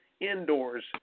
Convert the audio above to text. indoors